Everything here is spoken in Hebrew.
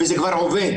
וזה כבר עובד.